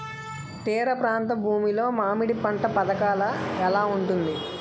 తీర ప్రాంత భూమి లో మామిడి పంట పథకాల ఎలా ఉంటుంది?